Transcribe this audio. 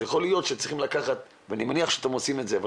אז יכול להיות שצריך לקחת ואני מניח שאתם עושים זאת אבל